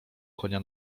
konia